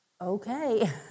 okay